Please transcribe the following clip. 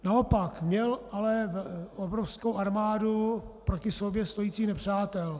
Naopak měl ale obrovskou armádu proti sobě stojících nepřátel.